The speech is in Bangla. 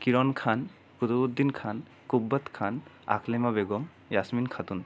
কিরণ খান রোউদ্দিন খান কুব্বত খান আখলিমা বেগম ইয়াসমিন খাতুন